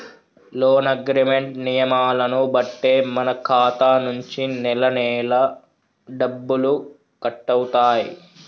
loan agreement నియమాలను బట్టే మన ఖాతా నుంచి నెలనెలా డబ్బులు కట్టవుతాయి